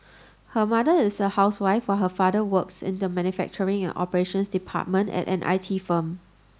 her mother is a housewife while her father works in the manufacturing and operations department at an I T firm